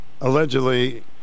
allegedly